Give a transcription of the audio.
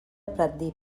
pratdip